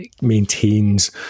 maintains